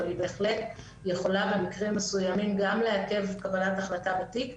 אבל היא בהחלט יכולה במקרים מסויימים גם לעכב קבלת החלטה בתיק.